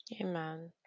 Amen